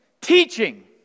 teaching